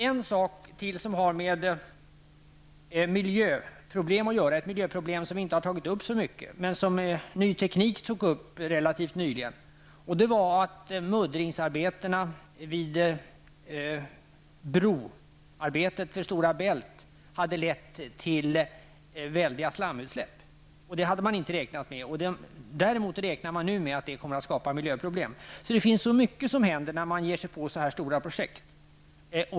En sak till som har med miljöproblemen att göra, ett problem som inte har diskuterats så mycket men som Ny teknik tog upp relativt nyligen. Det är att muddringsarbetet i samband med broarbetet vid Stora Bält hade lett till stora slamutsläpp. Det hade man inte räknat med. Man räknar inte nu med att det kommer att skapa miljöproblem. Det finns så mycket som händer när man ger sig in på stora projekt.